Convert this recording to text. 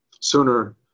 sooner